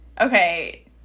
Okay